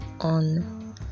on